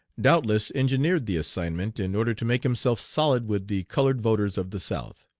doubtless engineered the assignment in order to make himself solid with the colored voters of the south.